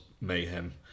mayhem